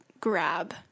grab